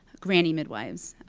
granny midwives.